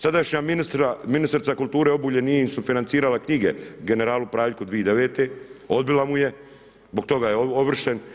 Sadašnja ministrica kulture Obuljen nije im sufinancirala knjige, generalu Praljku 2009. odbila mu je, zbog toga je ovršen.